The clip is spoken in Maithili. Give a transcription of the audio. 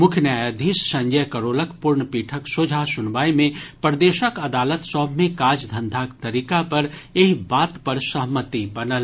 मुख्य न्यायाधीश संजय करोलक पूर्ण पीठक सोझा सुनवाई मे प्रदेशक अदालत सभ मे काज धंधाक तरीका पर एहि बात पर सहमति बनल